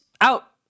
out